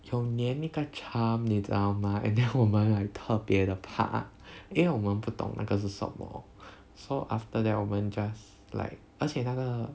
有黏那个 charm 你知道 mah and then 我们特别的怕因为我们不懂那个是什么 so after that 我们 just like 而且那个